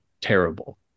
terrible